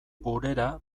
gurera